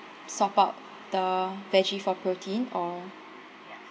swap out the veggie for protein or